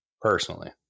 personally